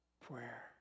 prayer